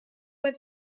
when